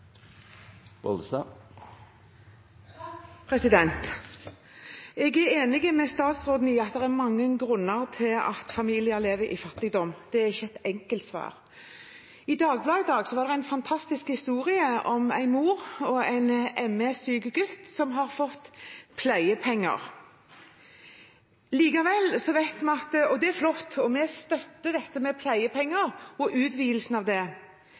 enig med statsråden i at det er mange grunner til at familier lever i fattigdom. Det er ikke ett enkelt svar. I Dagbladet i dag er det en fantastisk historie om en mor og en ME-syk gutt som har fått pleiepenger. Det er flott, og vi støtter dette med pleiepenger og utvidelsen av det. Likevel er det mange behandlinger som varer lenger enn et år. Ved veldig mange behandlinger vet vi det